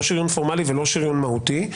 לא שריון פורמלי ולא שריון מהותי,